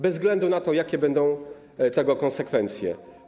Bez względu na to, jakie będą tego konsekwencje.